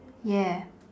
ya